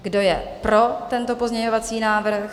Kdo je pro tento pozměňovací návrh?